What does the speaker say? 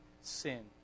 sin